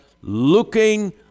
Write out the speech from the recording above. looking